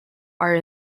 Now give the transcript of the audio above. are